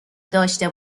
داشته